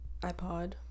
ipod